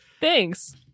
thanks